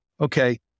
okay